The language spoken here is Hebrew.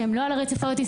שהם לא על הרצף האוטיסטי,